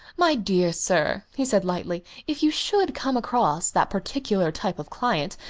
my dear sir, he said lightly, if you should come across that particular type of client,